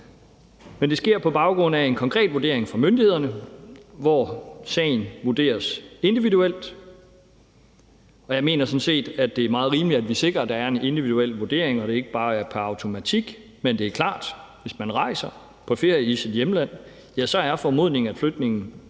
men det sker på baggrund af en konkret vurdering fra myndighedernes side, hvor sagen vurderes individuelt, og jeg mener sådan set, at det er meget rimeligt, at vi sikrer, at der er en individuel vurdering, og at det ikke bare er pr. automatik. Men det er klart, at hvis man rejser på ferie i sit hjemland, er formodningen, at flygtningen